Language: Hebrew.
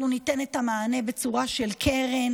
אנחנו ניתן את המענה בצורה של קרן